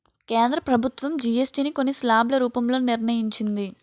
కేంద్ర ప్రభుత్వం జీఎస్టీ ని కొన్ని స్లాబ్ల రూపంలో నిర్ణయించింది